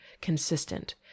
consistent